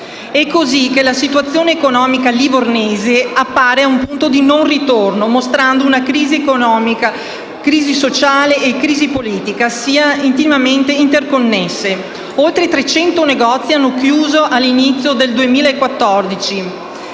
E così la situazione economica livornese appare a un punto di non ritorno, mostrando come crisi economica, crisi sociale e crisi politica siano intimamente interconnesse. Oltre 300 negozi hanno chiuso dall'inizio del 2014